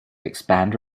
expand